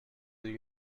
the